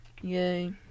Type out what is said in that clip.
Yay